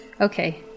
Okay